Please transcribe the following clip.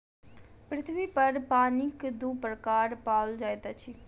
पृथ्वी पर पानिक दू प्रकार पाओल जाइत अछि